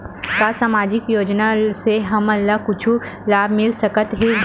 का सामाजिक योजना से हमन ला कुछु लाभ मिल सकत हे?